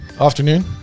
Afternoon